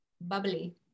bubbly